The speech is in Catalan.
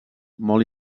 molt